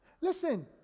Listen